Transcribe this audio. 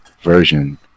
version